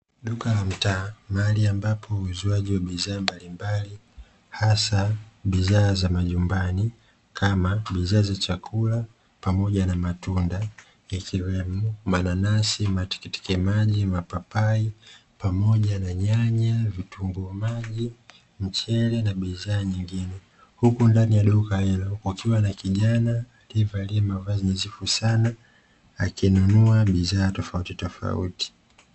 Duka la mtaa mahali ambapo huuza bidhaa mbalimbali hasa za nyumbani kama vyakula pamoja na matunda, ikiwa Ni mananasi, matikiti maji, Papai pamoja na nyanya, vitunguu maji, mchele na bidhaa nyingine. Ndani ya duka hilo kukiwa na kijana aliyevaa mavazi nadhifu Sana akinunua bidhaa tofauti.